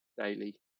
daily